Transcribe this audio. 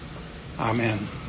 amen